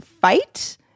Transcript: fight